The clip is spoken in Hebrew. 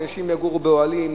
אנשים יגורו באוהלים,